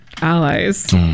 allies